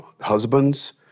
Husbands